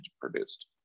produced